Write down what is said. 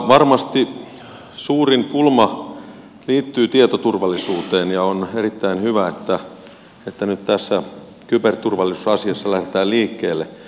varmasti suurin pulma liittyy tietoturvallisuuteen ja on erittäin hyvä että nyt tässä kyberturvallisuusasiassa lähdetään liikkeelle